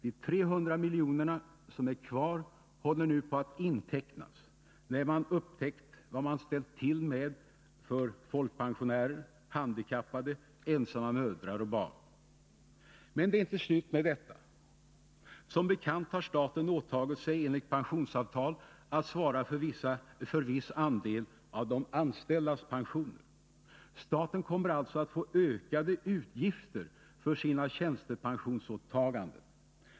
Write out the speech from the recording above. De 300 miljoner som är kvar håller nu på att intecknas, när man upptäckt vad man ställt till med för folkpensionärer, handikappade, ensamma mödrar och barn. Men det är inte slut med detta. Som bekant har staten åtagit sig enligt pensionsavtal att svara för viss andel av de anställdas pensioner. Staten kommer alltså att få ökade utgifter för sina tjänstepensionsåtaganden.